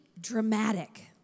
dramatic